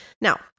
Now